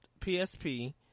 PSP